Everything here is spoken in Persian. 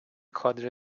کادر